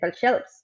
shelves